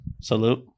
Salute